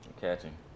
Catching